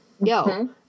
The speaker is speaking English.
yo